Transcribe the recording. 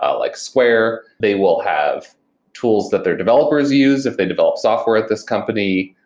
ah like square. they will have tools that their developers use if they develop software at this company,